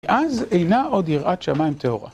אז אינה עוד יראת שמיים טהורה.